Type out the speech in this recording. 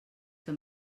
que